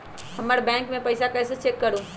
हमर बैंक में पईसा कईसे चेक करु?